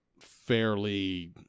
fairly